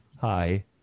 Hi